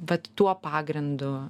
vat tuo pagrindu